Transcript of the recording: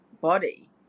body